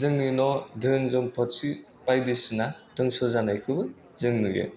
जोंनि न' धोन सम्फथि बायदिसिना दंस' जानायखौबो जों नुयो